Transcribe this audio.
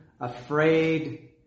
Afraid